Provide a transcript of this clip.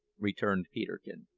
returned peterkin,